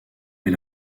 est